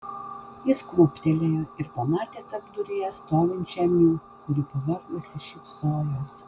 jis krūptelėjo ir pamatė tarpduryje stovinčią miu kuri pavargusi šypsojosi